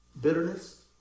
bitterness